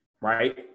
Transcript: right